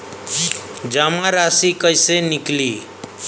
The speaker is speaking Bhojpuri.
जमा राशि कइसे निकली?